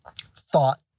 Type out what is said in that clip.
thought